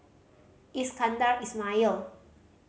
Iskandar Ismail